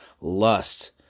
lust